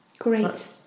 Great